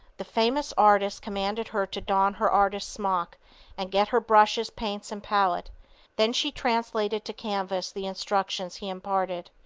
the famous artist commanded her to don her artist smock and get her brushes, paints and palette then she translated to canvas the instructions he imparted,